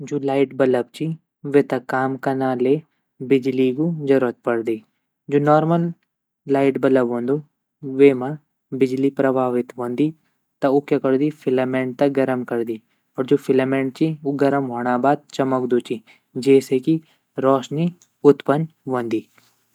जू light bulb ची वेता काम कना ले बिजली ग ज़रूरत पडदी जू नार्मल लाइट बल्ब वंदु वेमा बिजली प्रभावित वंदी त ऊ क्या करदी फ़िलामेंट त गरम करदी और जू फ़िलामेंट ची ऊ गरम वोणा बाद चमकदू ची जैसे की रोशनी उत्पन्न वंदी।